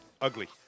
Ugly